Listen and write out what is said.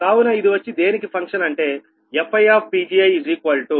కావున ఇది వచ్చి దేనికి ఫంక్షన్ అంటే FiPgiPgi